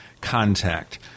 Contact